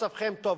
מצבכם טוב.